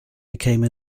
became